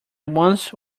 once